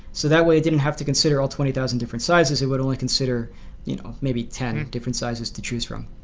so that way it didn't have to consider all twenty thousand different sizes, t would only consider you know maybe ten different sizes to choose from.